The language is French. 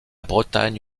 bretagne